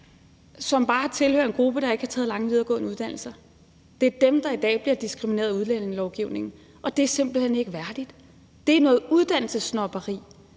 som bare tilhører en gruppe, der ikke har taget lange videregående uddannelser. Det er dem, der i dag bliver diskrimineret af udlændingelovgivningen, og det er simpelt hen ikke værdigt. Det er noget uddannelsessnobberi,